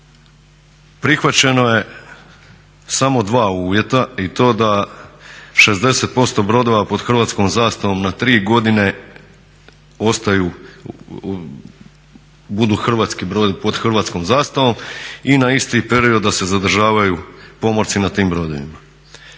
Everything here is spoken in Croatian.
prihvaćeno je samo dva uvjeta i to da 60% brodova pod hrvatskom zastavom na tri godine ostaju, budu pod hrvatskom zastavom i na isti period da se zadržavaju pomorci na tim brodovima.